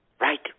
Right